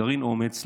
גרעין אומץ,